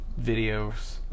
videos